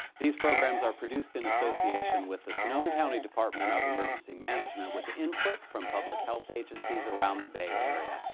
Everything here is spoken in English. these programs are produced in association with the sonoma county department of emergency management, with input from public health agencies around the bay area,